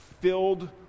filled